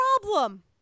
problem